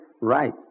Right